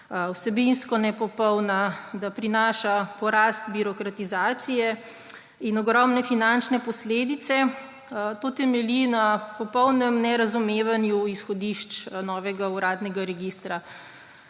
vsebinsko nepopolna, da prinaša porast birokratizacije in ogromne finančne posledice, temeljijo na popolnem nerazumevanju izhodišč novega uradnega registra.